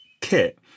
kit